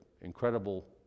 incredible